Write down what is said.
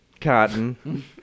Cotton